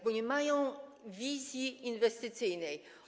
Bo nie mają wizji inwestycyjnej.